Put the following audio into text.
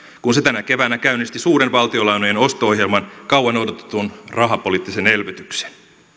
kun se tänä keväänä käynnisti suuren valtiolainojen osto ohjelman kauan odotetun rahapoliittisen elvytyksen